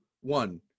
one